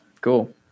Cool